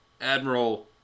Admiral